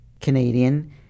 Canadian